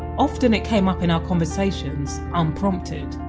often it came up in our conversations unprompted